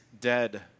dead